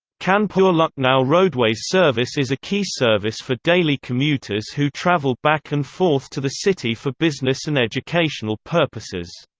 kanpur lucknow roadways service is a key service for daily commuters who travel back and forth to the city for business and educational purposes.